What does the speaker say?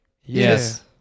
Yes